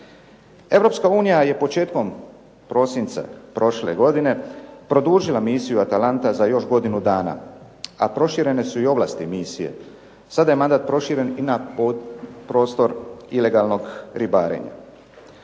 je početkom prosinca prošle godine produžila misiju Atalanta za još godinu dana, a proširene su i ovlasti misije. Sada je mandat proširen i na prostor ilegalnog ribarenja.